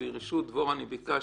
אני ביקשתי.